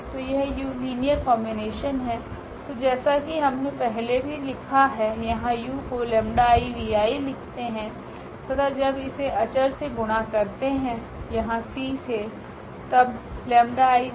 तो यह u linear combination है तो जैसा कि हमने पहले भी लिखा है यहाँ u को 𝜆𝑖𝑣𝑖 लिखते है तथा जब इसे अचर से गुणा करते है यहाँ c से तब 𝜆𝑖𝑣𝑖 का क्या होता हैं